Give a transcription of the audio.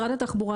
שרת התחבורה